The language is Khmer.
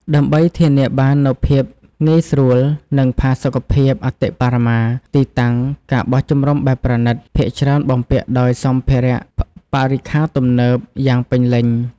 ដើម្បីធានាបាននូវភាពងាយស្រួល និងផាសុកភាពអតិបរមា ទីតាំង ការបោះជំរំបែបប្រណីត ភាគច្រើនបំពាក់ដោយ សម្ភារៈបរិក្ខារទំនើប យ៉ាងពេញលេញ។